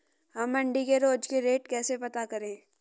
हम मंडी के रोज के रेट कैसे पता करें?